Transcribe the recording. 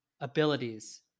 abilities